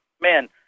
man